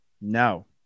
No